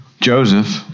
Joseph